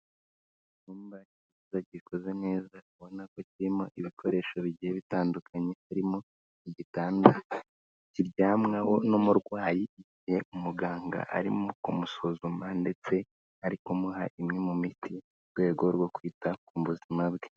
Icyumba gikoze neza ubona ko kirimo ibikoresho bigiye bitandukanye, harimo igitanda kiryamwaho n'umurwayi igihe umuganga arimo kumusuzuma ndetse ari kumuha imwe mu miti mu rwego rwo kwita ku buzima bwe.